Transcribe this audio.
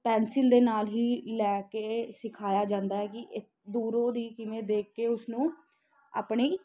pencil ਦੇ ਨਾਲ ਹੀ ਲੈ ਕੇ ਸਿਖਾਇਆ ਜਾਂਦਾ ਹੈ ਕਿ ਦੂਰੋ ਦੀ ਕਿਵੇਂ ਦੇਖ ਕੇ ਉਸਨੂੰ ਆਪਣੀ